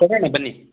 ಕೊಡೋಣ ಬನ್ನಿ